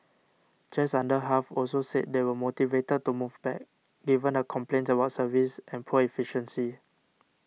just under half also said they were motivated to move back given the complaints about service and poor efficiency